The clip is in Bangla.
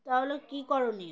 তাহলে কী করণীয়